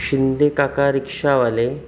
शिंदे काका रिक्षावाले